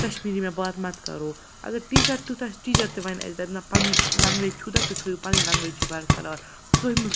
کشمیری میں بات مت کرو اگر ٹیٖچَر تیُتھ آسہِ ٹیٖچَر تہِ وَنہِ اَسہِ دَپہِ نَہ پَنٕنۍ لنٛگویج چھُو تۄہہِ تُہۍ تھٲیِو پنٕنۍ لنٛگویج چھی برقرار تُہۍ مہٕ